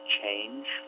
change